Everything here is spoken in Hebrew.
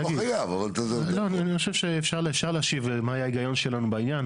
אני חושב שאפשר להשיב מה היה ההיגיון שלנו בעניין.